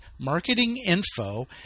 marketinginfo